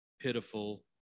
Pitiful